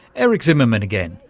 eric zimmerman again.